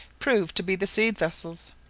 proved to be the seed-vessels.